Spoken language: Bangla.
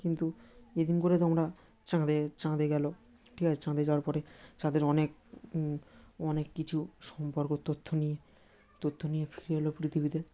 কিন্তু এদিন করে তো আমরা চাঁদে চাঁদে গেলো ঠিক আছে চাঁদে যাওয়ার পরে চাঁদের অনেক অনেক কিছু সম্পর্ক তথ্য নিয়ে তথ্য নিয়ে ফিরে এল পৃথিবীতে